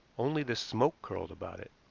only the smoke curled about it.